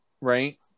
right